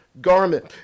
garment